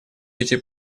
пяти